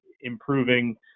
improving